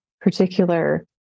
particular